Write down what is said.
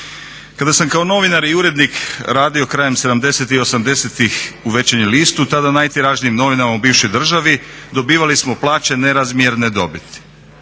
Kada sam kao novinar i urednik radio krajem sedamdesetih i osamdesetih u Večernjem listu tada najtiražnijim novinama u bivšoj državi dobivali smo plaće nerazmjerne dobiti.